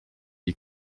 die